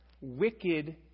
wicked